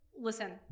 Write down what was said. listen